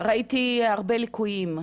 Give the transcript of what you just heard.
ראיתי הרבה ליקויים,